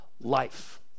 life